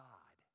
God